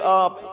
up